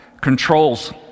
controls